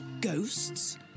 Ghosts